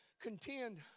Contend